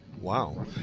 Wow